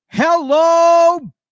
Hello